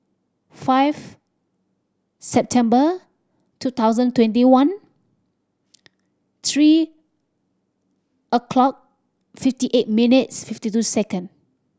five September two thousand twenty one three o'clock fifty eight minutes fifty two second